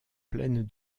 pleines